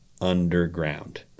underground